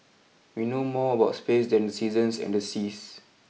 we know more about space than the seasons and the seas